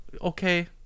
okay